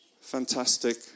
fantastic